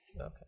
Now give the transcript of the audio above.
Okay